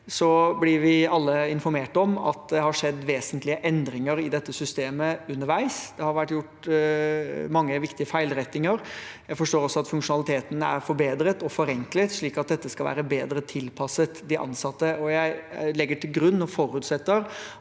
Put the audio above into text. Vi blir alle informert om at det har skjedd vesentlige endringer i dette systemet underveis, det har vært gjort mange viktige feilrettinger. Jeg forstår også at funksjonaliteten er forbedret og forenklet, slik at dette skal være bedre tilpasset de ansatte. Jeg legger til grunn og forutsetter